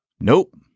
nope